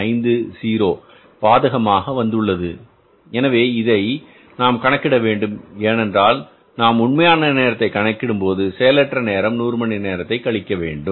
50 பாதகமாக வந்துள்ளது எனவே இதை நாம் கணக்கிட வேண்டும் ஏனென்றால் நாம் உண்மையான நேரத்தை கணக்கிடும்போது செயலற்ற நேரம் 100 மணி நேரத்தை கழிக்கவேண்டும்